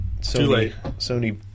Sony